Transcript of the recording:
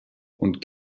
und